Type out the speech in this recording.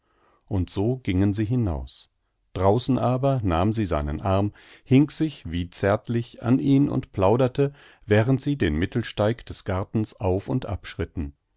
und so gingen sie hinaus draußen aber nahm sie seinen arm hing sich wie zärtlich an ihn und plauderte während sie den mittelsteig des gartens auf und ab schritten